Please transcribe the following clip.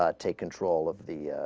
ah take control of the